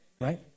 right